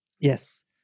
Yes